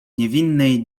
niewinnej